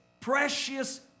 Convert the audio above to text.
precious